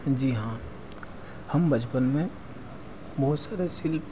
जी हाँ हम बचपन में बहुत सी ऐसी